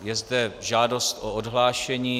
Je zde žádost o odhlášení.